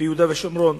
ביהודה ושומרון.